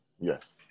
Yes